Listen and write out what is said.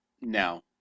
No